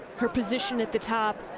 her position at the top.